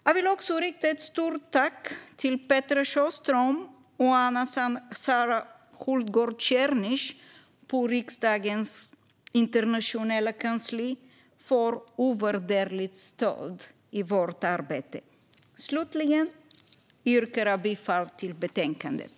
Jag vill också rikta ett stort tack till Petra Sjöström och Anna-Sara Hultgård Czernich på riksdagens internationella kansli för ovärderligt stöd i vårt arbete. Slutligen yrkar jag bifall till förslaget i betänkandet.